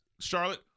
Charlotte